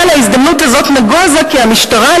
אבל ההזדמנות הזאת נגוזה כי המשטרה,